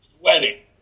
wedding